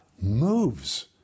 moves